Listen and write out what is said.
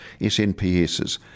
SNPs